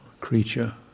creature